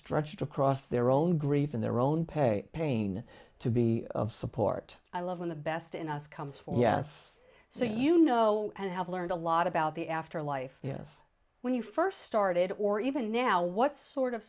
stretched across their own grief in their own pay pain to be of support i love when the best in us comes from yes so you know and have learned a lot about the after life when you first started or even now what sort of